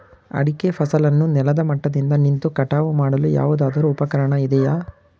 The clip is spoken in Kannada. ಅಡಿಕೆ ಫಸಲನ್ನು ನೆಲದ ಮಟ್ಟದಿಂದ ನಿಂತು ಕಟಾವು ಮಾಡಲು ಯಾವುದಾದರು ಉಪಕರಣ ಇದೆಯಾ?